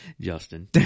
Justin